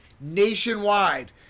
nationwide